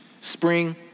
Spring